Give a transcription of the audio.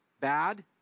bad